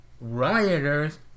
Rioters